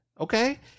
Okay